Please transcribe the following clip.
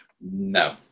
No